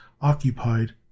occupied